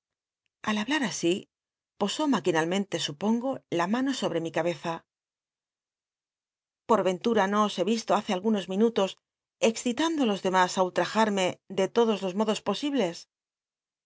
al hablat así posó maquinalmente supongo la mano sobte mi cabeza pot entuta no os he islo hace algunos minutos excitando i los demas i ultrajatmc do todos los modos posibles